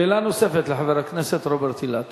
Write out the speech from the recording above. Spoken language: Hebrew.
שאלה נוספת לחבר הכנסת רוברט אילטוב.